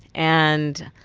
and,